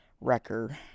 record